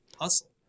Hustle